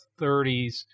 30s